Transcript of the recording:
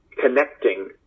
connecting